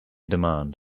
demand